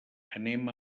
anem